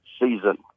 Season